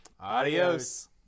adios